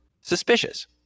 suspicious